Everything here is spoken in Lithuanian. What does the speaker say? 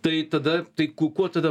tai tada tai ku kuo tada